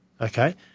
Okay